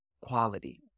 quality